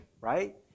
right